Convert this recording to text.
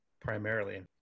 primarily